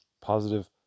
positive